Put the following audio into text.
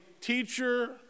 teacher